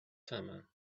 summer